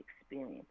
experience